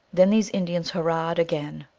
then these indians hurrahed again,